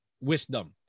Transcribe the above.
wisdom